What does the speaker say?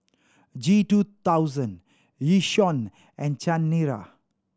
G two thousand Yishion and Chanira